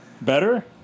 Better